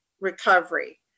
recovery